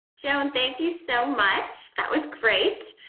joan, thank you so much. that was great.